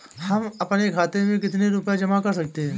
हम अपने खाते में कितनी रूपए जमा कर सकते हैं?